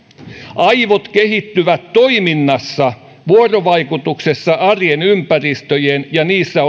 aivot kehittyvät toiminnassa vuorovaikutuksessa arjen ympäristöjen ja niissä